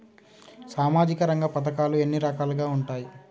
సామాజిక రంగ పథకాలు ఎన్ని రకాలుగా ఉంటాయి?